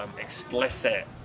explicit